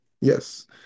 Yes